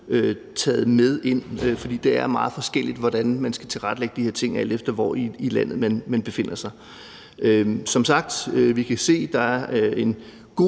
taget med, for det er meget forskelligt, hvordan man skal tilrettelægge de her ting, alt efter hvor i landet man befinder sig. Som sagt kan vi se, at der er en god